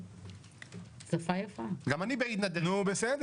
גם אני בעידנא דריתחא.